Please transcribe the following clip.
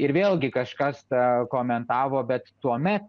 ir vėlgi kažkas tą komentavo bet tuomet